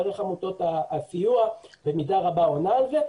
דרך עמותות הסיוע שבמידה רבה עונה על זה,